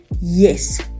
yes